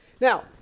Now